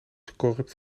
corrupt